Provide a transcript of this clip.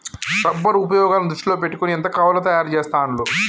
rubber ఉపయోగాలను దృష్టిలో పెట్టుకొని ఎంత కావాలో తయారు చెస్తాండ్లు